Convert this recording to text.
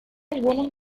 algunos